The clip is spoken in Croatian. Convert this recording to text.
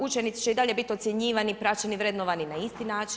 Učenici će i dalje bit ocjenjivani, praćeni, vrednovani na isti način.